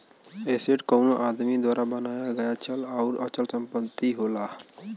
asset कउनो आदमी द्वारा बनाया गया चल आउर अचल संपत्ति होला